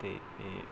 ਅਤੇ